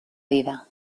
dida